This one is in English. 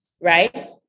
right